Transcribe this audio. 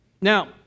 Now